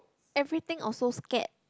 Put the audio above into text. everything also scared